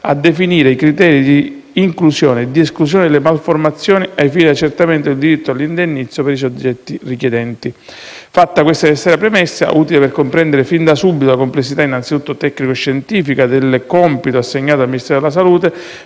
a definire i criteri di inclusione e di esclusione delle malformazioni ai fini dell'accertamento del diritto all'indennizzo per i soggetti richiedenti. Fatta questa necessaria premessa - utile per comprendere fin da subito la complessità, innanzi tutto tecnico scientifica, del compito assegnato al Ministero della salute